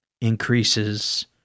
increases